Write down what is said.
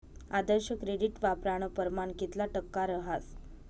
आदर्श credit वापरानं परमाण कितला टक्का रहास